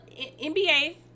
NBA